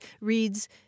reads